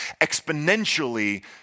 exponentially